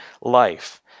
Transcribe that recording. life